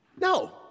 No